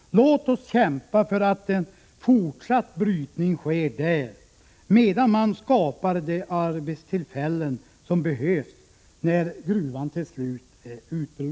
Låt oss kämpa för att fortsatt brytning sker där, medan man skapar de arbetstillfällen som behövs när gruvan till slut är uttömd!